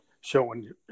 showing